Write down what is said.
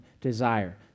desire